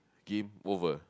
game over